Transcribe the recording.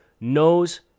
knows